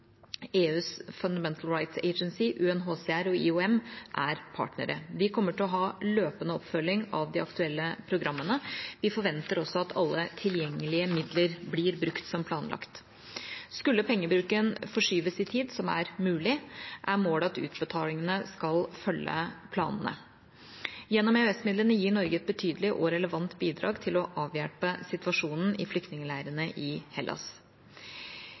EUs Fundamental Rights Agency, UNHCR og IOM er partnere. De kommer til å ha løpende oppfølging av de aktuelle programmene. Vi forventer også at alle tilgjengelige midler blir brukt som planlagt. Skulle pengebruken forskyves i tid, som er mulig, er målet at utbetalingene skal følge planene. Gjennom EØS-midlene gir Norge et betydelig og relevant bidrag til å avhjelpe situasjonen i flyktningleirene i Hellas.